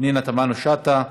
פנינה תמנו-שטה,